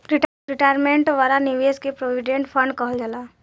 retirement वाला निवेश के प्रोविडेंट फण्ड कहल जाला